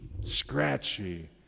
scratchy